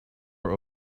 were